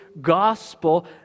gospel